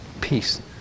peace